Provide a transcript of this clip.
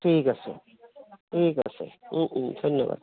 ঠিক আছে ঠিক আছে ধন্যবাদ